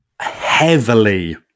Heavily